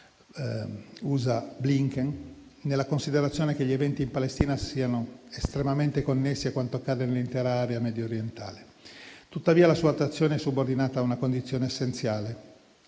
USA Blinken, nella considerazione che gli eventi in Palestina siano estremamente connessi a quanto accade nell'intera area mediorientale. Tuttavia, la sua attuazione è subordinata a una condizione essenziale,